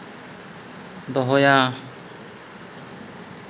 ᱫᱚᱦᱚᱭᱟ